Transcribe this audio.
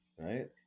right